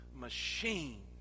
machine